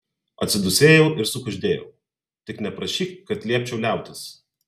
atsidūsėjau ir sukuždėjau tik neprašyk kad liepčiau liautis